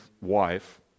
wife